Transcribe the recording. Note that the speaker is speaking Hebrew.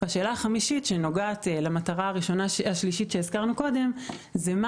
השאלה החמישית שנוגע למטרה השלישית שהזכרנו קודם היא מה